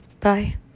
Bye